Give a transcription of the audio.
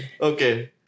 Okay